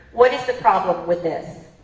what is the problem with this?